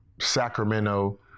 Sacramento